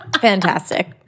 fantastic